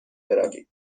برویم